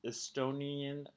Estonian